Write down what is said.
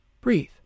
Breathe